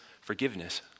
forgiveness